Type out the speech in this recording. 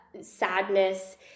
sadness